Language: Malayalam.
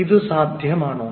ഇത് സാധ്യമാണോ